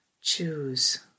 Choose